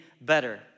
better